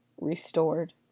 restored